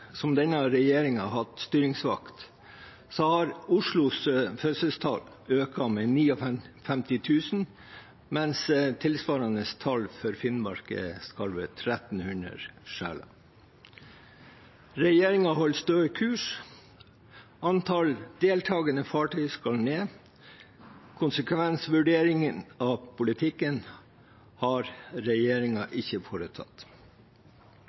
som denne regjeringen har hatt styringsvakt, har Oslos fødselstall økt med 59 000, mens tilsvarende tall for Finnmark er skarve 1 300 sjeler. Regjeringen holder stø kurs. Antall deltakende fartøy skal ned. Konsekvensvurderingen av politikken har regjeringen ikke foretatt.